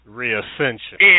reascension